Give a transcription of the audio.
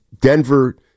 Denver